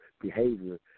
behavior